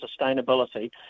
sustainability